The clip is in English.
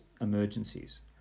emergencies